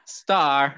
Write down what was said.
star